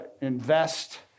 invest